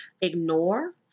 Ignore